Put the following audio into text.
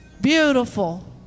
beautiful